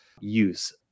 use